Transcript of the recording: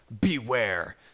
Beware